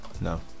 no